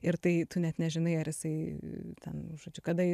ir tai tu net nežinai ar jisai ten žodžiu kada